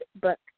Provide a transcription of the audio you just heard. book